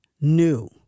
new